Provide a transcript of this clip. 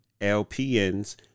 LPNs